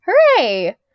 Hooray